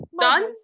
done